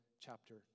chapter